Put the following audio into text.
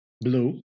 Blue